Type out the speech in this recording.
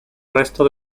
resto